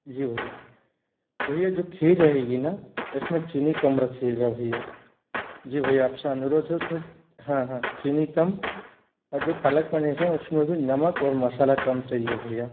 जी भैया भैया जो खीर रहेगी न उसमें चीनी कम रखिएगा भैया जी भैया आपसे अनुरोध है उसमें हाँ हाँ चीनी कम और जो पालक पनीर है उसमें भी नमक और मसाला कम चाहिए भैया